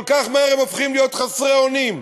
כל כך מהר הם הופכים להיות חסרי אונים?